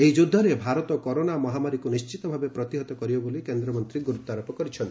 ଏହି ଯୁଦ୍ଧରେ ଭାରତ କରୋନା ମହାମାରୀକୁ ନିଶ୍ଚିତ ଭାବେ ପ୍ରତିହତ କରିବ ବୋଲି କେନ୍ଦ୍ରମନ୍ତ୍ରୀ ଗୁରୁତ୍ୱାରୋପ କରିଛନ୍ତି